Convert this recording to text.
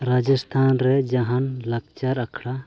ᱨᱟᱡᱚᱥᱛᱷᱟᱱ ᱨᱮ ᱡᱟᱦᱟᱱ ᱞᱟᱠᱪᱟᱨ ᱟᱠᱷᱲᱟ